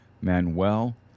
Manuel